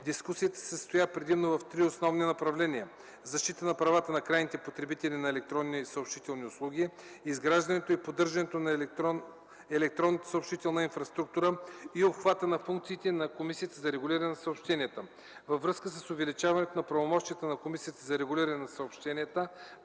Дискусията се състоя предимно в три основни направления: защитата на правата на крайните потребители на електронни и съобщителни услуги, изграждането и поддържането на електронната съобщителна инфраструктура и обхвата на функциите на Комисията за регулиране на съобщенията. Във връзка с увеличаването на правомощията на Комисията за регулиране на съобщенията